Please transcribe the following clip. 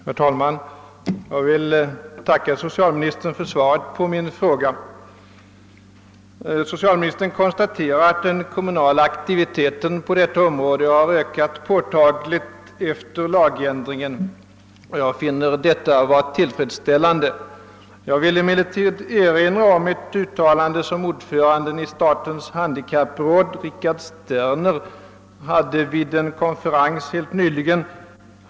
Herr talman! Jag tackar socialministern för svaret på min fråga. Socialministern konstaterar att den kommunala aktiviteten på detta område har ökat påtagligt efter lagändringen, och jag finner detta vara tillfredsställande. Emellertid vill jag erinra om ett uttalande som ordföranden i statens handikappråd, Richard Sterner, gjorde vid en konferens helt nyligen.